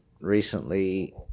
recently